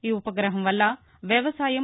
ఈ ఉపగ్రహం వల్ల వ్యవసాయం